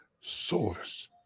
source